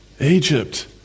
Egypt